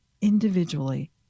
individually